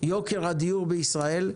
יוקר הדיור בישראל.